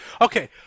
okay